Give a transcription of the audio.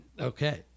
Okay